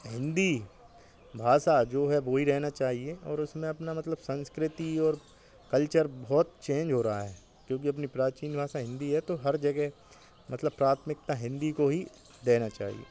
हिन्दी भाषा जो है वह ही रहना चाहिए और उसमें अपना मतलब संस्कृति और कल्चर बहुत चेंज हो रहा है क्योंकि अपनी प्रचिंग भाषा हिन्दी है तो हर जगह मतलब प्राथमिकता हिन्दी को ही देना चाहिए